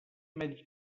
mèdica